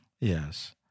Yes